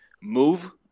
move